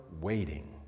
waiting